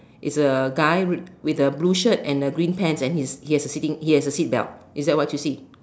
is a guy with a blue shirt and a green pants and he he has a sitting he has a seat belt is that what you see